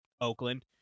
Oakland